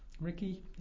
Ricky